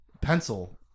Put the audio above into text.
Pencil